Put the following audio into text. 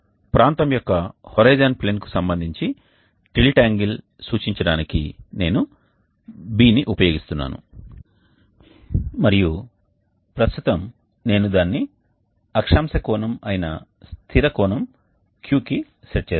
ప్రాంతం యొక్క హోరిజోన్ ప్లేన్కు సంబంధించి టిల్ట్ యాంగిల్ సూచించడానికి నేను Bని ఉపయోగిస్తున్నాను మరియు ప్రస్తుతం నేను దానిని అక్షాంశ కోణం అయిన స్థిర కోణం Qకి సెట్ చేస్తాను